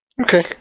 Okay